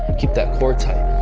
keep that core tight.